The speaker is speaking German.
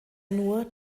nur